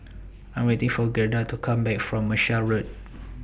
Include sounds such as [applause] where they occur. [noise] I Am waiting For Gerda to Come Back from Marshall Road